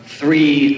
three